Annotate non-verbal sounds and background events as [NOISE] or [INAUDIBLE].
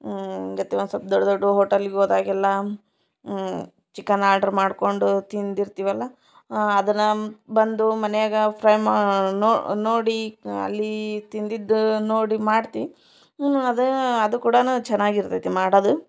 [UNINTELLIGIBLE] ಒಂದು ಸ್ವಲ್ಪ ದೊಡ್ಡ ದೊಡ್ಡ ಹೋಟಲ್ಲಿಗೆ ಹೋದಾಗೆಲ್ಲ ಚಿಕನ್ ಆರ್ಡ್ರ್ ಮಾಡಿಕೊಂಡು ತಿಂದಿರ್ತೀವಲ್ಲ ಅದನ್ನ ಬಂದು ಮನ್ಯಾಗೆ ಫ್ರೈ ಮಾ ನೋಡಿ ಅಲ್ಲಿ ತಿಂದಿದ್ದು ನೋಡಿ ಮಾಡ್ತಿ ಅದು ಅದು ಕೂಡಾ ಚೆನ್ನಾಗಿರ್ತೈತಿ ಮಾಡೋದು